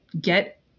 get